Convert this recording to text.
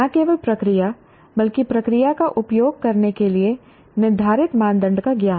न केवल प्रक्रिया बल्कि प्रक्रिया का उपयोग करने के लिए निर्धारित मापदंड का ज्ञान